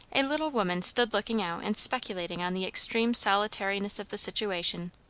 a little woman stood looking out and speculating on the extreme solitariness of the situation.